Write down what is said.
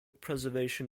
preservation